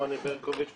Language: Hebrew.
אני